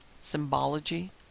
symbology